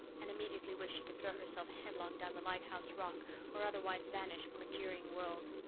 and immediately wished she could throw herself headlong down the lighthouse rock or otherwise vanish from a jeering world.